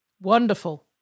Wonderful